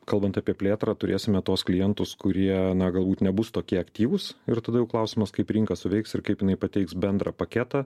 kalbant apie plėtrą turėsime tuos klientus kurie galbūt nebus tokie aktyvūs ir tada jau klausimas kaip rinka suveiks ir kaip jinai pateiks bendrą paketą